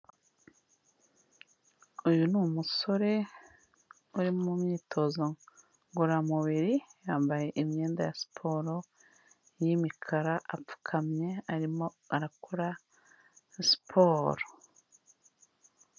Uyu ni umusore uri mu myitozo ngororamubiri, yambaye imyenda ya siporo y'imikara apfukamye arimo arakora siporo.